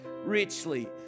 richly